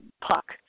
puck